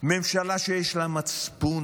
בממשלה שיש לה מצפון,